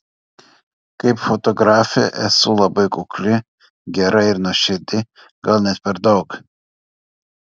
kaip fotografė esu labai kukli gera ir nuoširdi gal net per daug